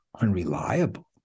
unreliable